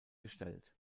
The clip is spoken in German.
gestellt